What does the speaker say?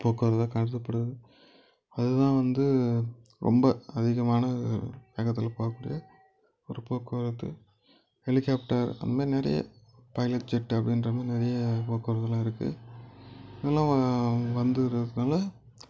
போக்குவரத்தாக கருதப்படுது அதுதான் வந்து ரொம்ப அதிகமான வேகத்தில் போகக்கூடிய ஒரு போக்குவரத்து ஹெலிகாப்டர் அந்தமாரி நிறைய பைலட் ஜெட்டு அப்படின்ற மாதிரி நிறைய போக்குவரத்துலாம் இருக்குது இதல்லாம் வந்து இருக்கனால